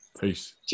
peace